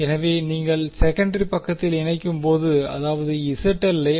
எனவே நீங்கள் செகண்டரி பக்கத்தில் இணைக்கும்போது அதாவது ஐ